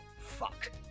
fuck